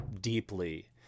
deeply